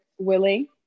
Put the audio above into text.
Willing